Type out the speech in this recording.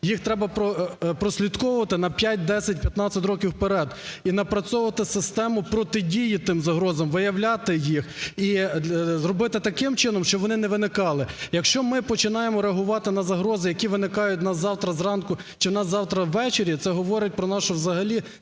їх треба прослідковувати на 5, 10, 15 років вперед і напрацьовувати систему протидії тим загрозам, виявляти їх і зробити таким чином, щоб вони не виникали. Якщо ми починаємо реагувати на загрози, які виникають у нас завтра зранку чи у нас завтра ввечері, це говорить про нашу взагалі